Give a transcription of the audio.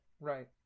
Right